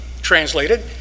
translated